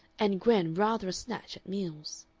and gwen rather a snatch at meals.